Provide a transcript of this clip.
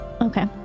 okay